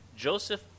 Joseph